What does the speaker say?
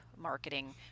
marketing